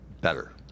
better